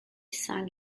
sank